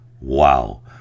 Wow